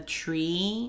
tree